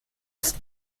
ist